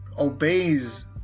obeys